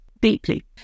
deeply